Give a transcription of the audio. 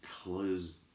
close